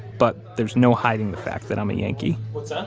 but there's no hiding the fact that i'm a yankee what's that?